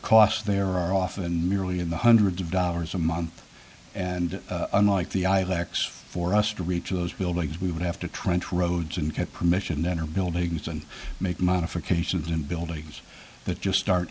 cost there are often nearly in the hundreds of dollars a month and unlike the i lacks for us to reach those buildings we would have to trench roads and get permission to enter buildings and make modifications in buildings that just start